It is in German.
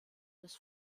des